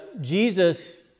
Jesus